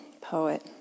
poet